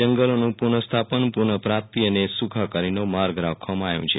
જં ગલોનું પુ નઃસ્થાપન અને પુનઃપ્રાપ્તિ અને સુખાકારીનો માર્ગ રાખવામાં આવી છે